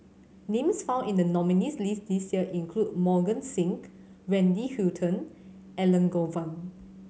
names found in the nominees' list this year include Mohan Singh Wendy Hutton Elangovan